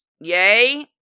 yay